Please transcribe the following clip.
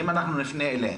אם אנחנו נפנה אליהם,